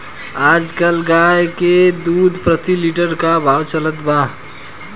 आज कल गाय के दूध प्रति लीटर का भाव चलत बा?